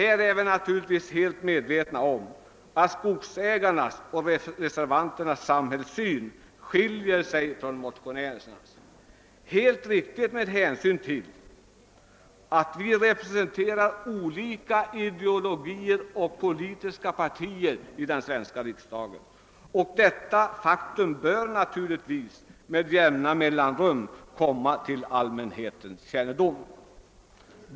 Vi är naturligtvis helt medvetna om att skogsägarnas och reservanternas samhällssyn skiljer sig från motionärernas — helt riktigt med hänsyn till att vi representerar olika ideologier och politiska partier i den svenska riksdagen. Detta faktum bör då också med vissa mellanrum komma till allmänhetens kännedom.